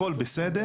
הכל בסדר.